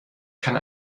kann